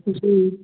जी